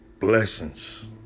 Blessings